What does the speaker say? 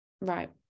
right